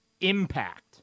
impact